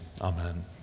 amen